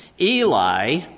Eli